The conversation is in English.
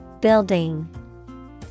Building